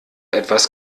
etwas